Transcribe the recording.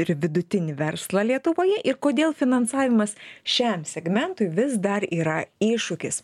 ir vidutinį verslą lietuvoje ir kodėl finansavimas šiam segmentui vis dar yra iššūkis